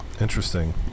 Interesting